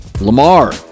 Lamar